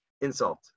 insult